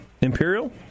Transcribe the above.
Imperial